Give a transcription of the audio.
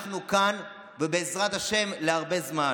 אנחנו כאן, ובעזרת השם להרבה זמן.